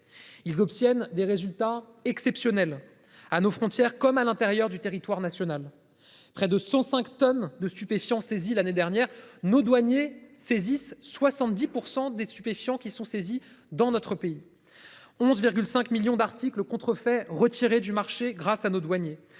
Ils obtiennent des résultats exceptionnels à nos frontières, comme à l'intérieur du territoire national. Près de 105 tonnes de stupéfiants saisis. L'année dernière nos douaniers saisissent 70% des stupéfiants qui sont saisis dans notre pays. 11 5 millions d'articles contrefaits retirés du marché grâce à nos douaniers